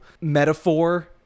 metaphor